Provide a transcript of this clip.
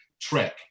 trek